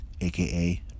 aka